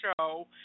show